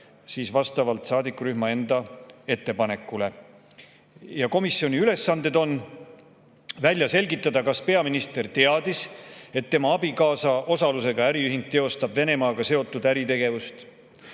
vastavalt saadikurühma enda ettepanekule. Komisjoni ülesanne on esiteks välja selgitada, kas peaminister teadis, et tema abikaasa osalusega äriühing teostab Venemaaga seotud äritegevust,